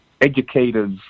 educators